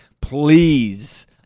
please